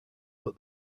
but